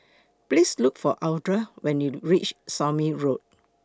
Please Look For Audra when YOU REACH Somme Road